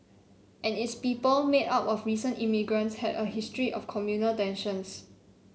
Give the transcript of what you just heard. and its people made up of recent immigrants had a history of communal tensions